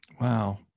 Wow